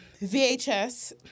VHS